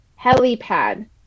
Helipad